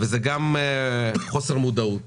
וגם חוסר מודעות